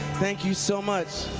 thank you so much.